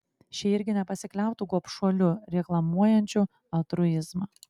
šie irgi nepasikliautų gobšuoliu reklamuojančiu altruizmą